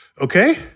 okay